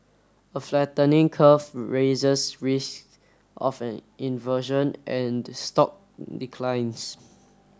a flattening curve raises risk of an inversion and stock declines